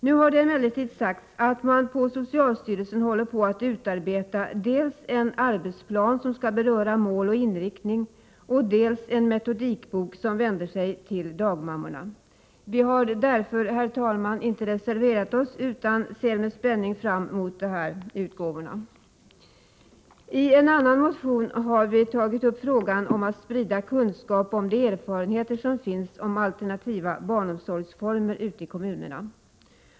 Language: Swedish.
Nu har det emellertid sagts att man på socialstyrelsen håller på att utarbeta dels en arbetsplan som skall beröra mål och inriktning, dels en metodikbok som vänder sig till dagmammorna. Vi har därför, herr talman, inte reserverat oss utan ser med spänning fram mot dessa utgåvor. I en annan motion har vi tagit upp frågan om att sprida kunskap om de erfarenheter som finns om alternativa barnomsorgsformer ute i kommunerna.